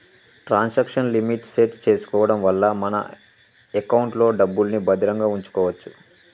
transaction limit set చేసుకోడం వల్ల మన ఎకౌంట్లో డబ్బుల్ని భద్రంగా వుంచుకోచ్చు